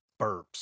burps